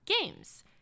games